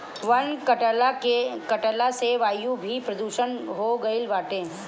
वन कटला से वायु भी प्रदूषित हो गईल बाटे